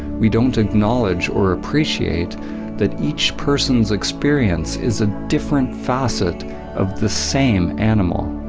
we don't acknowledge or appreciate that each person's experience is a different facet of the same animal.